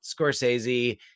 Scorsese